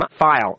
file